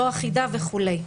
לא אחידה וכולי.